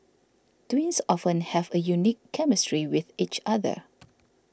twins often have a unique chemistry with each other